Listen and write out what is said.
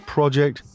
Project